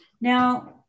Now